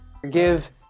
Forgive